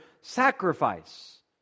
sacrifice